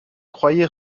croyait